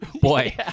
Boy